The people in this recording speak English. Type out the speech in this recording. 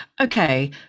Okay